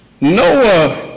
Noah